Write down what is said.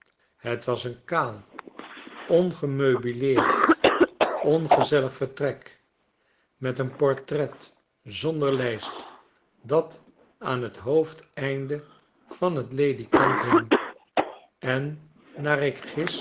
het was een kaal ongemeubileerd ongezellig vertrek met een portret zonder lijst dat aan t hoofdeinde van t ledikant hing en naar ik gis